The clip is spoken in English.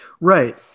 Right